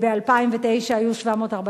ב-2009 היו 748,